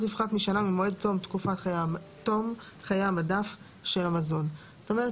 תפחת משנה ממועד תום חיי המדף של המזון."; כלומר,